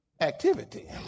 activity